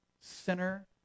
sinner